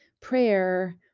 prayer